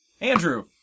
Andrew